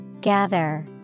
Gather